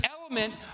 element